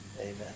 Amen